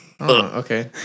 Okay